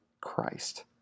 Christ